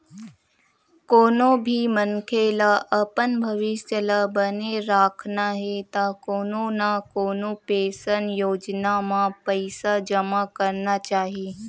कोनो भी मनखे ल अपन भविस्य ल बने राखना हे त कोनो न कोनो पेंसन योजना म पइसा जमा करना चाही